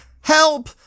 help